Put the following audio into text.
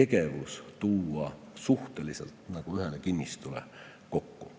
tegevus tuua suhteliselt ühele kinnistule kokku.